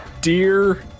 dear